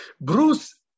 Bruce